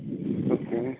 okay